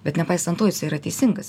bet nepaisant to jis yra teisingas